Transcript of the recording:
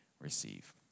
receive